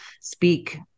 speak